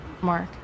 Mark